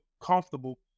comfortable